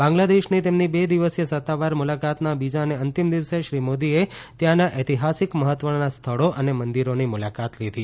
બાંગ્લાદેશની તેમની બે દિવસીય સત્તાવાર મુલાકાતના બીજા અને અંતિમ દિવસે શ્રી મોદીએ ત્યાંના ઐતિહાસિક મહત્વના સ્થળો અને મંદિરોની મુલાકાત લીધી